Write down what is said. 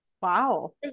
wow